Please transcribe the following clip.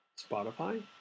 Spotify